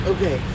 Okay